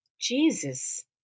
Jesus